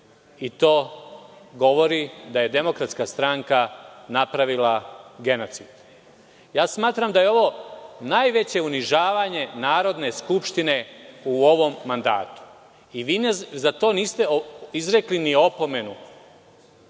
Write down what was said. i to govori da je DS napravila genocid. Smatram da je ovo najveće unižavanje Narodne skupštine u ovom mandatu. Vi za to niste izrekli ni opomenu